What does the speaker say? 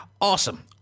awesome